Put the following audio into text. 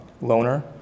Loner